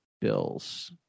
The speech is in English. Bills